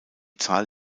zahl